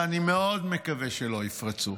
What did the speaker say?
ואני מאוד מקווה שלא יפרצו,